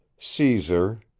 caesar,